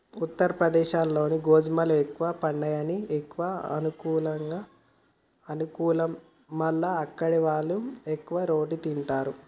ఉత్తరప్రదేశ్లో గోధుమలు ఎక్కువ పండియడానికి ఎక్కువ అనుకూలం మల్ల అక్కడివాళ్లు ఎక్కువ రోటి తింటారు